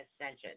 ascension